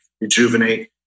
rejuvenate